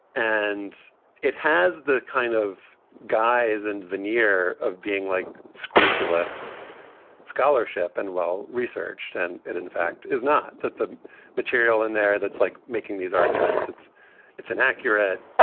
and it has the kind of guys and veneer of being like scrupulous scholarship and well researched. and it, in fact, is not that the material in there that's like making these arguments. it's it's an accurate.